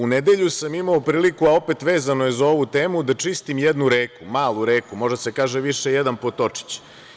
U nedelju sam imao priliku, a opet vezano je za ovu temu, da čistim jednu reku, malu reku, može da se kaže više jedan potočić.